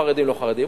חרדי לא חרדי.